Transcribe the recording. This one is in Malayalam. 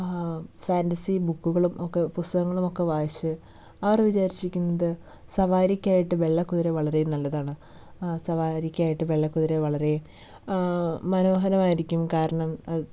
ഫാൻസി ബുക്കുകളും ഒക്കെ പുസ്തകങ്ങളുമൊക്കെ വായിച്ച് അവർ വിചാരിച്ചിരിക്കുന്നത് സവാരിക്കായിട്ട് വെള്ളക്കുതിര വളരെ നല്ലതാണ് സവാരിക്കായി വെള്ളക്കുതിര വളരേ മനോഹരമായിരിക്കും കാരണം